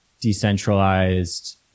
decentralized